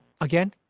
again